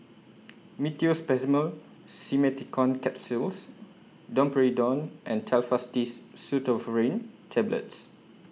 Meteospasmyl Simeticone Capsules Domperidone and Telfast Diss Pseudoephrine Tablets